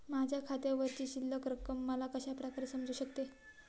माझ्या खात्यावरची शिल्लक रक्कम मला कशा प्रकारे समजू शकते?